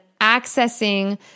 accessing